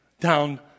down